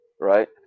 Right